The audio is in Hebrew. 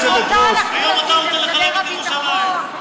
אותו אנחנו רוצים כחבר הביטחון.